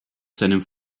seinem